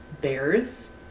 bears